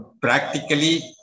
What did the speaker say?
practically